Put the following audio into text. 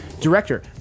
Director